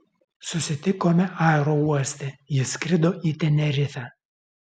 susitikome aerouoste ji skrido į tenerifę